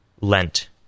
Lent